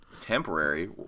Temporary